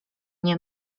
nie